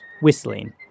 whistling